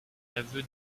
aveux